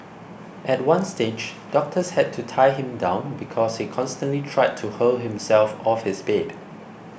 at one stage doctors had to tie him down because he constantly tried to hurl himself off his bed